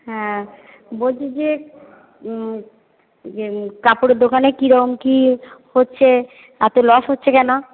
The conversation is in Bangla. হ্যাঁ বলছি যে কাপড়ের দোকানে কি রকম কি হচ্ছে এত লস হচ্ছে কেন